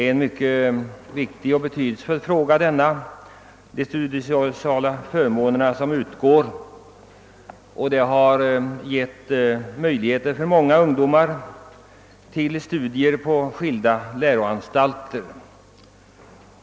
Frågan om de studiesociala förmåner som skall utgå är mycket viktig; dessa förmåner har givit möjligheter för många ungdomar till studier på skilda läroanstalter.